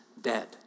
dead